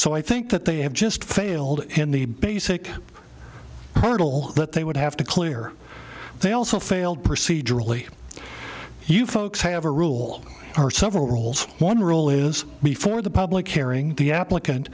so i think that they have just failed in the basic hurdle that they would have to clear they also failed procedurally you folks have a rule or several roles one rule is before the public hearing the applicant